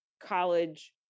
college